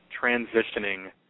transitioning –